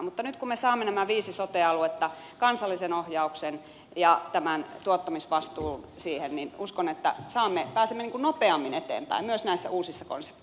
mutta nyt kun me saamme nämä viisi sote aluetta kansallisen ohjauksen ja tämän tuottamisvastuun siihen niin uskon että pääsemme nopeammin eteenpäin myös näissä uusissa